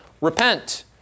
Repent